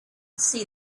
see